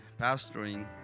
pastoring